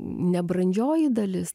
nebrandžioji dalis